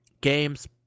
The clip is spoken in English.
games